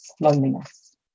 loneliness